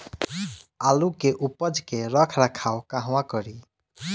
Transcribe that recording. आलू के उपज के रख रखाव कहवा करी?